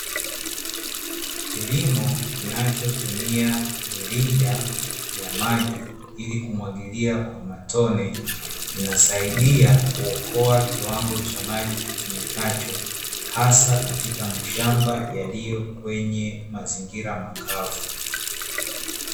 Kilimo kinachotumia mirija ya maji ili kumwagilia kwa matone, kinasaidia kuokoa kiwango cha maji kitumikacho, hasa katika mashamba yaliyo kwenye mazingira makavu.